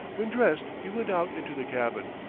when dressed he went out into the cabin,